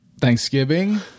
Thanksgiving